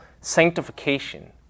sanctification